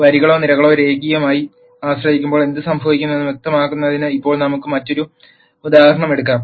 വരികളോ നിരകളോ രേഖീയമായി ആശ്രയിക്കുമ്പോൾ എന്ത് സംഭവിക്കുമെന്ന് വ്യക്തമാക്കുന്നതിന് ഇപ്പോൾ നമുക്ക് മറ്റൊരു ഉദാഹരണം എടുക്കാം